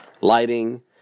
lighting